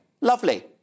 Lovely